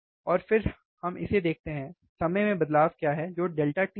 और फिर हम इसे देखते हैं समय में बदलाव क्या है जो डेल्टा टी है